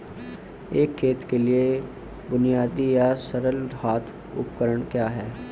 एक खेत के लिए बुनियादी या सरल हाथ उपकरण क्या हैं?